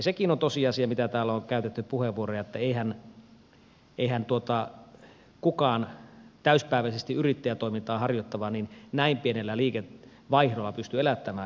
sekin on tosiasia mitä täällä on käytetty puheenvuoroja että eihän kukaan täysipäiväisesti yrittäjätoimintaa harjoittava näin pienellä liikevaihdolla pysty elättämään itseään